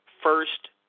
first